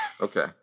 Okay